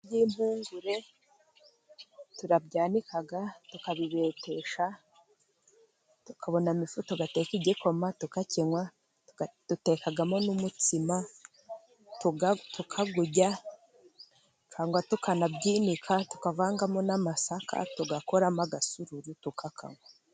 Iby'impugure turabyanika, tukabibetesha, tukabona amafu, tugateka igikoma, tukakinywa, dutekamo n'umutsima, tukawurya, cyangwa tukanabyinika tukavangamo n'amasaka, tugakoramo agasururu tukakanywa.